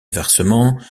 versements